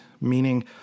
meaning